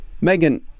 megan